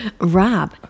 Rob